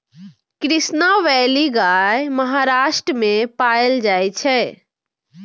Krishna valley गाय महाराष्ट्र मे पाएल जाइ छै